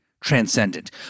transcendent